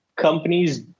companies